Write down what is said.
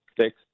six